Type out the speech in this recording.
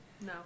No